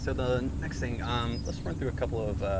so the next thing um let's run through a couple of